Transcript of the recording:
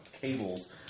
cables